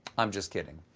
i'm just kidding,